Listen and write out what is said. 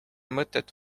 mõtet